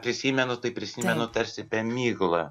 prisimenu tai prisimenu tarsi per miglą